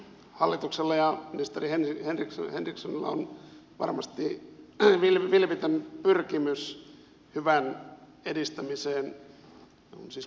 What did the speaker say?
hallituksella ja ministeri henrikssonilla on varmasti vilpitön pyrkimys hyvän edistämiseen siis pyrkimys hyvään